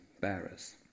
bearers